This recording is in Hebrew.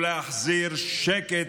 ולהחזיר שקט